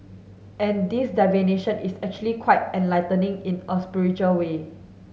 and this divination is actually quite enlightening in a spiritual way